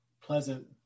pleasant